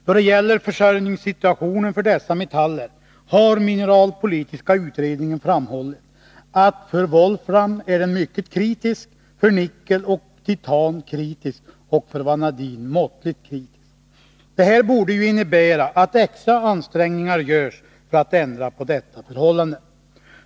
Då det gäller försörjningssituationen för dessa metaller har mineralpolitiska utredningen framhållit att för volfram är den mycket kritisk, för nickel och titan kritisk och för vanadin måttligt kritisk. Det här borde ju innebära att extra ansträngningar görs för att ändra på dessa förhållanden.